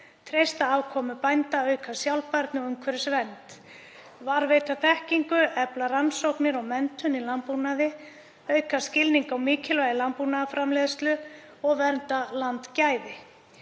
treysta afkomu bænda, auka sjálfbærni og umhverfisvernd, varðveita þekkingu, efla rannsóknir og menntun í landbúnaði, auka skilning á mikilvægi landbúnaðarframleiðslu og vernda landgæði.